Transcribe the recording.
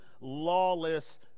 lawless